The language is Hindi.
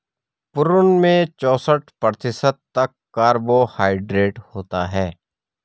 प्रून में चौसठ प्रतिशत तक कार्बोहायड्रेट होता है